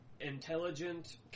intelligent